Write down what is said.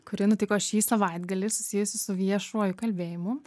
kuri nutiko šį savaitgalį susijusi su viešuoju kalbėjimu